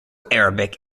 arabic